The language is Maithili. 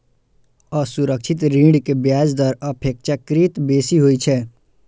असुरक्षित ऋण के ब्याज दर अपेक्षाकृत बेसी होइ छै